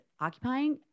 occupying